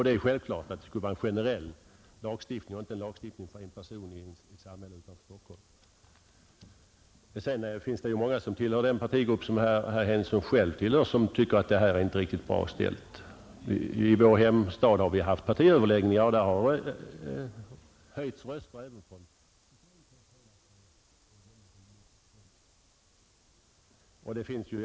Det är självklart att det skall vara en generell lagstiftning och inte en lagstiftning för en person i ett samhälle utanför Stockholm. Det finns också många som tillhör samma partigrupp som herr Henningsson som tycker att förhållandena inte är riktigt bra. I vår hemstad har vi haft överläggningar och där har sådana röster höjts även från socialdemokratiskt håll!